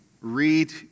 read